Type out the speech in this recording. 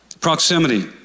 Proximity